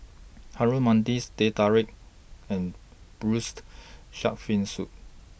Harum Manis Teh Tarik and Braised Shark Fin Soup